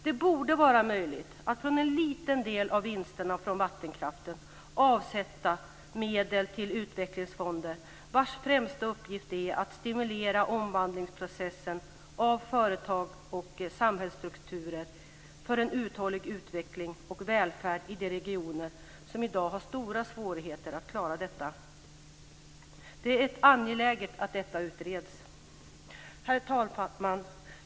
Det borde vara möjligt att från en liten del av vinsterna från vattenkraften avsätta medel till utvecklingsfonder, vars främsta uppgift är att stimulera omvandlingsprocessen av företag och samhällsstrukturer för en uthållig utveckling och välfärd i de regioner som i dag har stora svårigheter att klara detta. Det är angeläget att detta utreds. Herr talman!